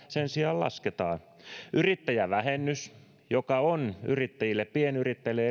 sen sijaan lasketaan yrittäjävähennys joka on pienyrittäjille